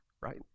right